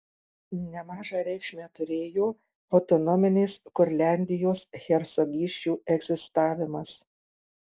nemažą reikšmę turėjo autonominės kurliandijos hercogysčių egzistavimas